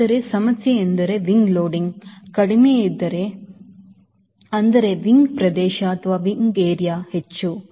ಆದರೆ ಸಮಸ್ಯೆ ಎಂದರೆ wing loading ಕಡಿಮೆ ಇದ್ದರೆ ಅಂದರೆ ರೆಕ್ಕೆ ಪ್ರದೇಶ ಹೆಚ್ಚು